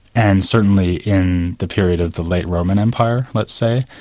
and certainly in the period of the late roman empire let's say,